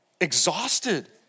exhausted